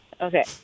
Okay